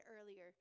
earlier